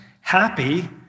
Happy